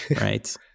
right